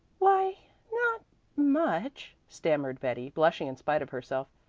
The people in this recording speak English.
why no-t much, stammered betty, blushing in spite of herself.